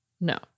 No